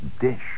dish